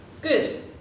Good